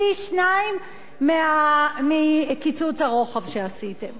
פי-שניים מקיצוץ הרוחב שעשיתם.